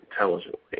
intelligently